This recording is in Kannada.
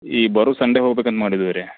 ಈ ಬರುವ ಸಂಡೆ ಹೋಗಬೇಕಂತ ಮಾಡಿದ್ದೀವಿ ರೀ